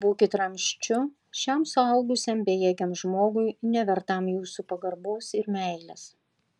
būkit ramsčiu šiam suaugusiam bejėgiam žmogui nevertam jūsų pagarbos ir meilės